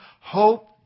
hope